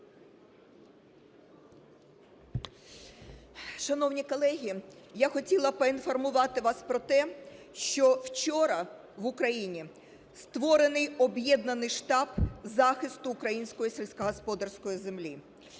Шановні колеги, я хотіла поінформувати вас про те, що вчора в Україні створений Об'єднаний штаб захисту української сільськогосподарської землі.